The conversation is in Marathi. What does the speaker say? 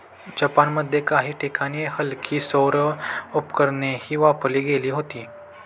जपानमध्ये काही ठिकाणी हलकी सौर उपकरणेही वापरली गेली होती